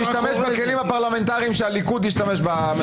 --- אני משתמש בכלים הפרלמנטריים שהליכוד השתמש בממשלה היוצאת.